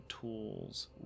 tools